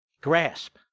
grasp